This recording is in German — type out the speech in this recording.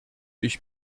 ich